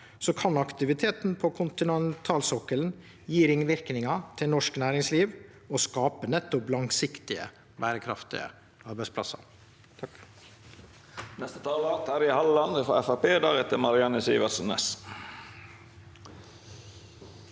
kan aktiviteten på kontinentalsokkelen gje ringverknader til norsk næringsliv og skape nettopp langsiktige og berekraftige arbeidsplassar.